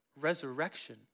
resurrection